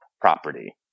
property